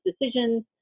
decisions